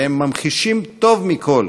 והם ממחישים טוב מכול